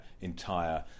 entire